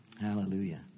Hallelujah